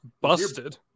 busted